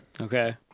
Okay